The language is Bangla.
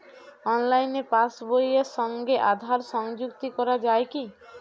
অনলাইনে পাশ বইয়ের সঙ্গে আধার সংযুক্তি করা যায় কি?